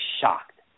shocked